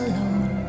Alone